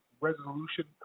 Resolution